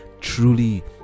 truly